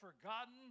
forgotten